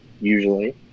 usually